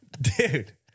Dude